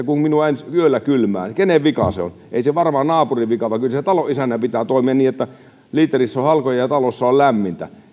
kun minua yöllä kylmää niin kenen vika se on ei se varmaan naapurin vika ole vaan kyllä talon isännän pitää toimia niin että liiterissä on halkoja ja ja talossa on lämmintä